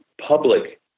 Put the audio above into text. public